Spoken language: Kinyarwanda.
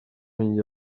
njya